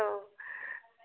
औ